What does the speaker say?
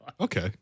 Okay